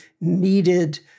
needed